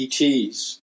ETs